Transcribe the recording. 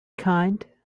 kind